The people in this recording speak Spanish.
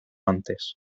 antes